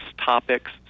topics